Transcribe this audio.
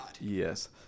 Yes